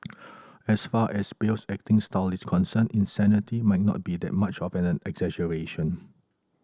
as far as Bale's acting style is concerned insanity might not be that much of an exaggeration